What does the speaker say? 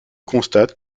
constate